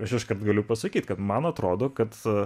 aš iškart galiu pasakyti kad man atrodo kad